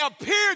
appeared